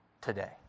today